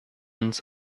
ganz